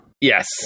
Yes